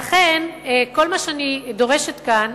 כל מה שני דורשת כאן,